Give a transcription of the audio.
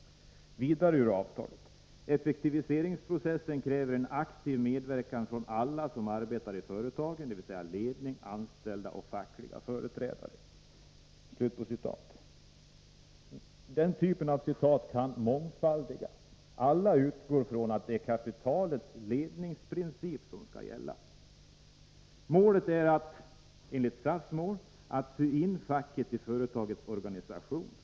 Vidare kan jag citera ur avtalet: ”Effektiviseringsprocessen kräver en aktiv medverkan från alla som arbetar i företagen, dvs. ledning, anställda och fackliga företrädare.” Den här typen av citat kan mångfaldigas. Alla utgår från att det är kapitalets ledningsprincip som skall gälla. SAF:s mål är att sy in facket i företagens organisation.